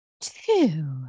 Two